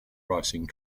crossing